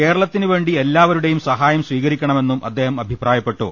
കേരളത്തിനു വേണ്ടി എല്ലാവരുടെയും സഹായം സ്വീകരിക്കണമെന്നും അദ്ദേഹം അഭിപ്രായപ്പെട്ടു